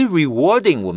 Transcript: rewarding